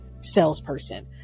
salesperson